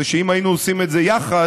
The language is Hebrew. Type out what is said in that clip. זה שאם היינו עושים את זה יחד,